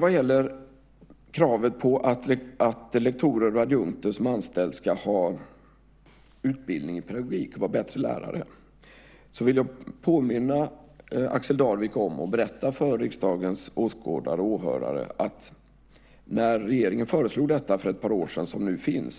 Vad gäller kravet på att lektorer och adjunkter som anställs ska ha utbildning i pedagogik och vara bättre lärare vill jag påminna Axel Darvik om, och berätta för riksdagens åhörare, att när regeringen för några år sedan föreslog